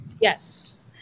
yes